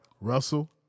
Russell